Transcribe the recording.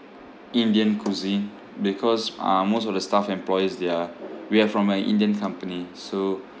indian cuisine because uh most of the staff employees they are we are from an indian company so